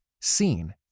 seen